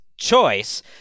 choice